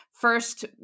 first